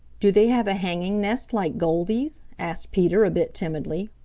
do they have a hanging nest like goldy's? asked peter a bit timidly.